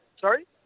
Sorry